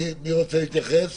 אני גם מבקש להתייחס